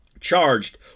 charged